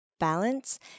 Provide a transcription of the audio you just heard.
balance